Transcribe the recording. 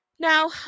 Now